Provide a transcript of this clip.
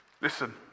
Listen